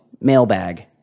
mailbag